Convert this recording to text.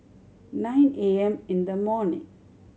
nine A M in the morning